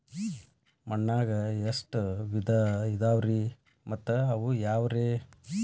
ಮಣ್ಣಾಗ ಎಷ್ಟ ವಿಧ ಇದಾವ್ರಿ ಮತ್ತ ಅವು ಯಾವ್ರೇ?